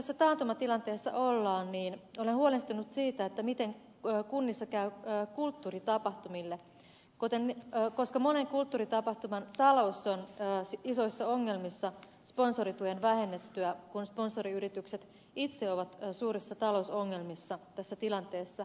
kun tässä taantumatilanteessa ollaan niin olen huolestunut siitä miten kunnissa käy kulttuuritapahtumille koska monen kulttuuritapahtuman talous on isoissa ongelmissa sponsorituen vähennyttyä kun sponsoriyritykset itse ovat suurissa talousongelmissa tässä tilanteessa